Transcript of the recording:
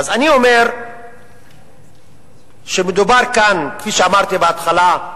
אז אני אומר שמדובר כאן, כפי שאמרתי בהתחלה,